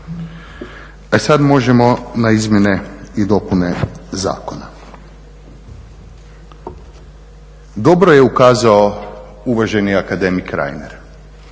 E sada možemo na izmjene i dopune zakona. Dobro je ukazao uvaženi akademik Reiner,